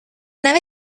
nave